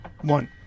One